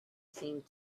seemed